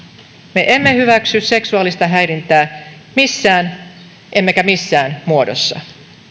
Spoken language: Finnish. me emme hyväksy seksuaalista häirintää missään emmekä missään muodossa